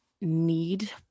need